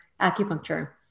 acupuncture